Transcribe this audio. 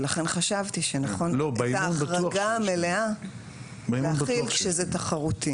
ולכן חשבתי שנכון שאת ההחרגה המלאה להחיל כשזה תחרותי